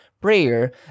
prayer